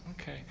Okay